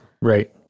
Right